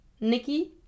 Nikki